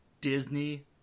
Disney